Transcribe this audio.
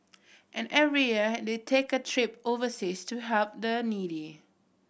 and every year they take a trip overseas to help the needy